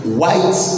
white